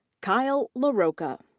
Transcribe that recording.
kyle larocca.